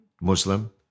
Muslim